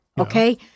okay